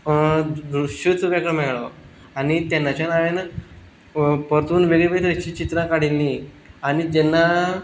दृश्यूच वेगळो मेळ्ळो आनी तेन्नाच्यान हांवें परतून वेगळे वेगळे तरेचीं चित्रां काडिल्लीं आनी जेन्ना